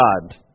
God